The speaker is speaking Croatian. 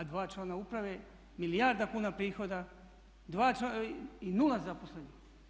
A dva člana uprave, milijarda kuna prihoda i 0 zaposlenih.